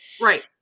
Right